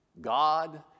God